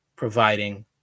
providing